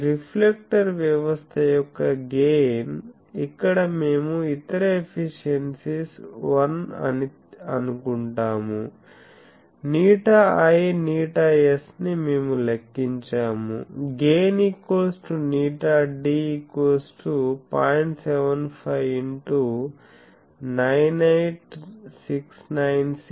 ఈ రిఫ్లెక్టర్ వ్యవస్థ యొక్క గెయిన్ ఇక్కడ మేము ఇతర ఎఫిషియెన్సీస్ 1 అని అనుకుంటాము ηi ηs ని మేము లెక్కించాము గెయిన్ ηD 0